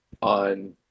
on